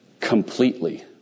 completely